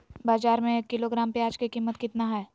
बाजार में एक किलोग्राम प्याज के कीमत कितना हाय?